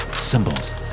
symbols